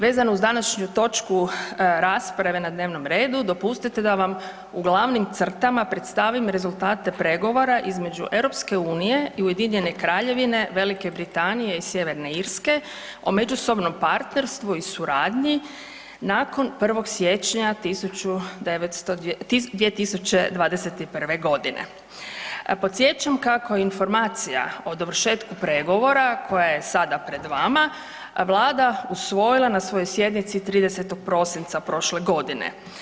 Vezano uz današnju točku rasprave na dnevnom redu, dopustite da vam u glavnim crtama predstavim rezultate pregovora između EU i UK Velike Britanije i Sjeverne Irske o međusobnom partnerstvu i suradnji nakon 1. siječnja 2021. g. Podsjećam kako Informacija o dovršetku pregovora koja je sada pred vama Vlada usvojila na svojoj sjednici 30. prosinca prošle godine.